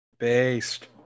Based